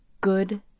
good